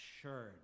Assured